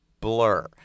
blur